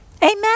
Amen